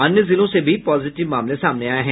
अन्य जिलों से भी पॉजिटिव मामले सामने आये हैं